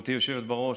גברתי היושבת-ראש,